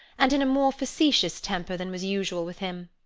and in a more facetious temper than was usual with him.